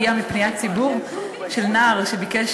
הגיעה בעקבות פניית ציבור של נער שביקש